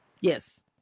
Yes